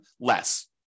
less